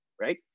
right